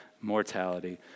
mortality